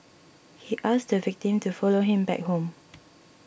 he asked the victim to follow him back home